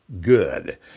good